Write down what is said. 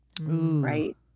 right